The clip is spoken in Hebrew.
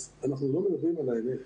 אז אנחנו לא מדברים על האמת.